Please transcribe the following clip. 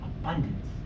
abundance